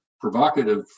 provocative